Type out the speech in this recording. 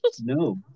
No